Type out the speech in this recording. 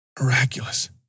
Miraculous